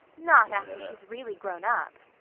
not after she's really grown up.